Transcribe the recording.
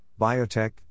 biotech